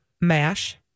MASH